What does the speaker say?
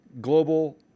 Global